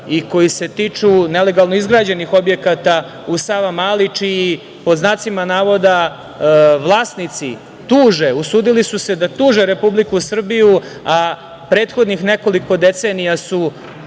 i koji se tiču nelegalno izgrađenih objekata u Savamali čiji pod znacima navoda vlasnici tuže, usudili su se da tuže Republiku Srbiju, a prethodnih nekoliko decenija su